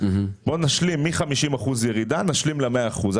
נשלים מ-50 אחוזים ירידה ל-100 אחוזים,